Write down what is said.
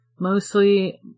Mostly